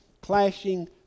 clashing